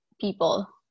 people